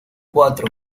cuatro